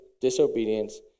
disobedience